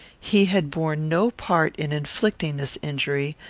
he had borne no part in inflicting this injury,